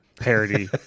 parody